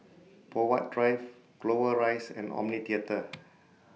Poh Huat Drive Clover Rise and Omni Theatre